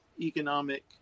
economic